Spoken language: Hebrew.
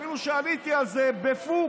אפילו שעליתי על זה בפוקס,